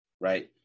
right